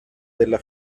della